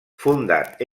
fundat